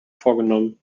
vorgenommen